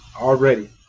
Already